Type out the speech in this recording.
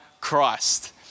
Christ